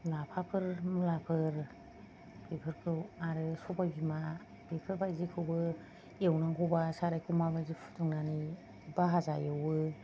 लाफाफोर मुलाफोर बेफोरखौ आरो सबाय बिमा बेफोरबादिखौबो एवनांगौबा सारायखौ माबादि फुदुंनानै भाजा एवो